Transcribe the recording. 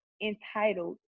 entitled